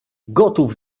gotów